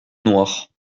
noir